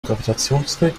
gravitationsfeld